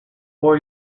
four